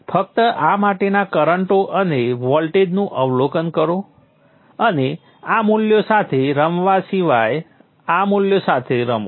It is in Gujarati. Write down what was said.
ફક્ત આ માટેના કરંટો અને વોલ્ટેજનું અવલોકન કરો અને આ મૂલ્યો સાથે રમવા સિવાય આ મૂલ્યો સાથે રમો